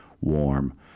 warm